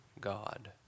God